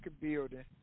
building